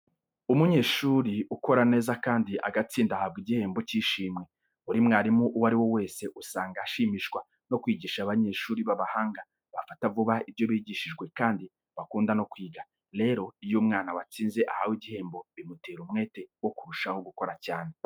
Umunyeshuri ukora neza kandi agatsinda ahabwa igihembo cy'ishimwe. Buri mwarimu uwo ari we wese usanga ashimishwa no kwigisha abanyeshuri b'abahanga, bafata vuba ibyo bigishijwe, kandi bakunda no kwiga. Rero, iyo umwana watsinze ahawe igihembo bimutera umwete wo kurushaho gukora cyane.